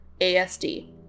ASD